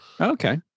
okay